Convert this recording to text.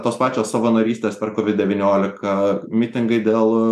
tos pačios savanorystės per kovid devyniolika mitingai dėl